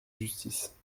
justice